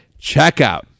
checkout